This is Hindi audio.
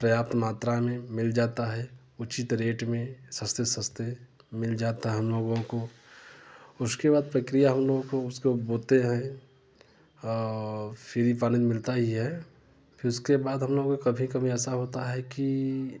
पर्याप्त मात्रा में मिल जाता है उचित रेट में सस्ते सस्ते मिल जाता हम लोगों को उसके बाद प्रक्रिया हम लोगों को उसको बोते हैं और फ्री पानी मिलता ही है फिर उसके बाद हम लोगों को कभी कभी ऐसा होता है कि